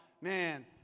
Man